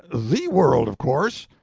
the world, of course.